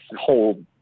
whole